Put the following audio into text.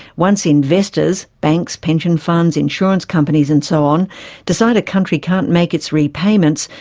once investors banks, pension funds, insurance companies and so on decide a country can't make its repayments,